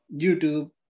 YouTube